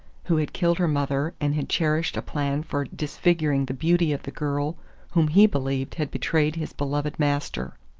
who had killed her mother and had cherished a plan for disfiguring the beauty of the girl whom he believed had betrayed his beloved master.